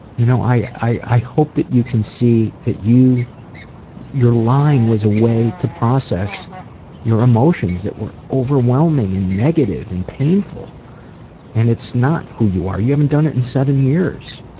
you know i i hope that you can see that your lying was a way to process your emotions that were overwhelming and negative and painful and it's not who you are. you haven't done it in seven years.